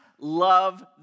love